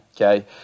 okay